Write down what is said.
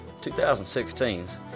2016's